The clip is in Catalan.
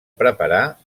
preparar